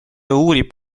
uurib